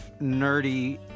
nerdy